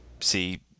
see